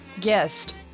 guest